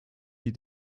die